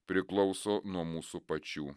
priklauso nuo mūsų pačių